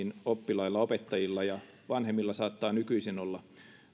oppilailla opettajilla ja vanhemmilla saattaa nykyisin olla